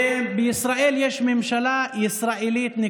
בישראל יש ממשלה ישראלית.